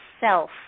self